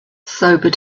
sobered